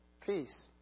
peace